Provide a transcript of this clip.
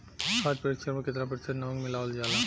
खाद्य परिक्षण में केतना प्रतिशत नमक मिलावल जाला?